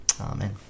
Amen